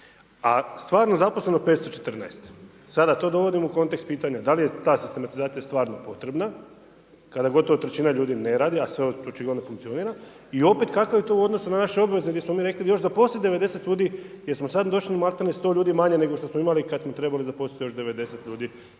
a stvarno zaposleno 514. sada to govori u kontekst pitanja, da li je ta sistematizacija stvarno potrebna kada gotovo trećina ljudi ne radi a sve očigledno funkcionira i opet kako je to u odnosu na naše obveze di smo mi rekli još zaposlit 90 ljudi jer smo sad došli na maltene 100 ljudi manje nego što smo imali kad smo trebali zaposliti još 90 ljudi